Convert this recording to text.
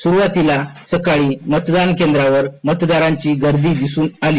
सुरवातीला सकाळी मतदान केंद्रावर मतदारांची गर्दी दिसून आली